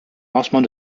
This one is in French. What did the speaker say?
lancement